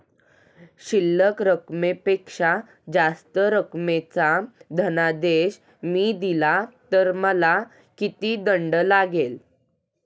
शिल्लक रकमेपेक्षा जास्त रकमेचा धनादेश मी दिला तर मला किती दंड लागेल?